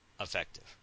effective